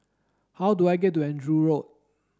how do I get to Andrew Road